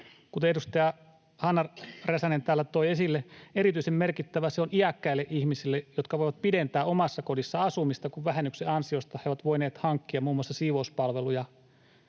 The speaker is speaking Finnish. Kuten edustaja Hanna Räsänen täällä toi esille, erityisen merkittävä se on iäkkäille ihmisille, jotka voivat pidentää omassa kodissa asumista, kun vähennyksen ansiosta he ovat voineet hankkia muun muassa siivouspalveluja,